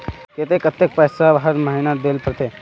केते कतेक पैसा हर महीना देल पड़ते?